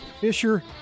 Fisher